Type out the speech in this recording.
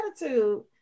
attitude